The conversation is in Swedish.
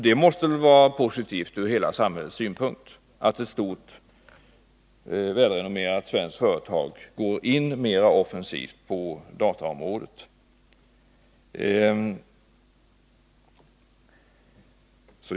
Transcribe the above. Det måste vara positivt, ur hela samhällets synpunkt, att ett stort välrenommerat svenskt företag mera offensivt går in på dataområdet.